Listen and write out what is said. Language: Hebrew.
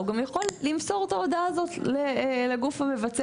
אז הוא גם יכול למסור את ההודעה הזו לגוף המבצע.